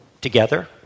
together